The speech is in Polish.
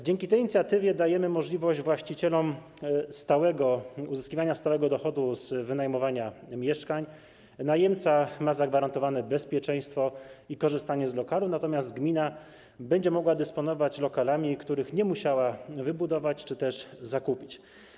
Dzięki tej inicjatywie dajemy możliwość właścicielom uzyskiwania stałego dochodu z wynajmowania mieszkań, najemca ma zagwarantowane bezpieczeństwo i korzystanie z lokali, natomiast gmina będzie mogła dysponować lokalami, których nie musiała wybudować czy też zakupić.